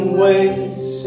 ways